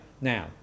Now